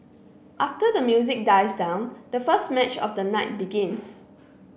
after the music dies down the first match of the night begins